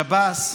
שב"ס,